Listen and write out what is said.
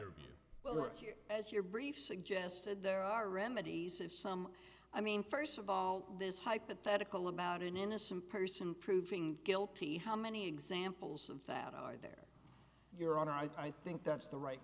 you as your brief suggested there are remedies if some i mean first of all this hypothetical about an innocent person proving guilty how many examples of that are there your honor i think that's the right